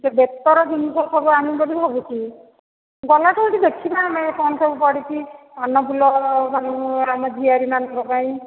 ସେ ବେତର ଜିନିଷ ସବୁ ଆଣିବି ବୋଲି ଭାବୁଛି ଗଲାଠୁ ସେଠି ଦେଖିବା ଆମେ କ'ଣ ସବୁ ପଡ଼ିଛି କାନଫୁଲ ଆମ ଝିଆରୀ ମାନଙ୍କ ପାଇଁ